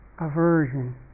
Aversion